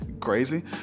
Crazy